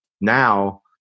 now